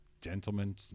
gentlemen